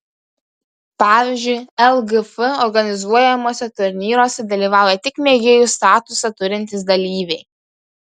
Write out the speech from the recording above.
pavyzdžiui lgf organizuojamuose turnyruose dalyvauja tik mėgėjų statusą turintys dalyviai